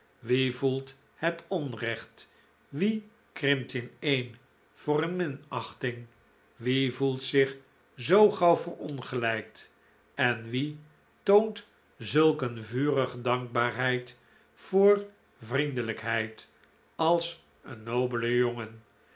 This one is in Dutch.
wie voelt het onrecht wie krimpt ineen voor een minachting wie voelt zich zoo gauw verongelijkt en wie toont zulk een vurige dankbaarheid voor vriendelijkheid als een nobele jongen